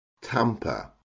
tamper